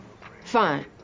Fine